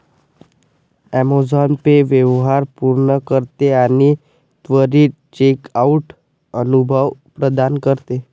Amazon pay व्यवहार पूर्ण करते आणि त्वरित चेकआउट अनुभव प्रदान करते